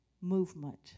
movement